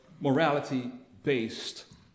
morality-based